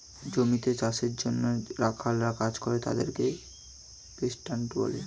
জমিতে চাষের জন্যে যে রাখালরা কাজ করে তাদেরকে পেস্যান্ট বলে